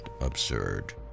absurd